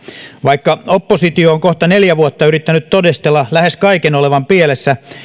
vaikka oppositio on kohta neljä vuotta yrittänyt todistella lähes kaiken olevan pielessä